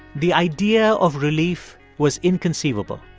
the idea of relief was inconceivable.